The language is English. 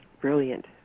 brilliant